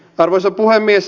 arvoisa puhemies